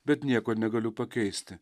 bet nieko negaliu pakeisti